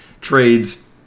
trades